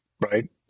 right